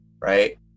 Right